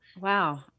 Wow